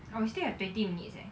oh we still have twenty minutes eh